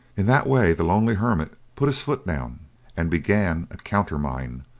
in that way the lonely hermit put his foot down and began a countermine,